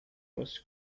was